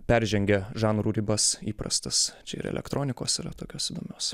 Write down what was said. peržengia žanrų ribas įprastas čia ir elektronikos yra tokios įdomios